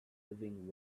living